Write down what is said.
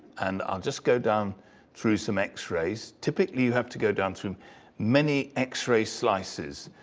and i'll just go down through some x-rays. typically, you have to go down through many x-ray slices.